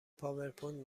پاورپوینت